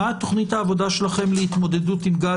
מה תוכנית העבודה שלכם להתמודדות עם גל